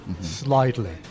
slightly